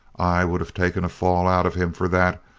i would of taken a fall out of him for that,